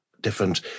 different